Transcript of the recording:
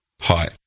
Hi